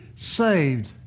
saved